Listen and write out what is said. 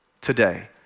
today